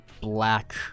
black